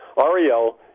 Ariel